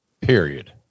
period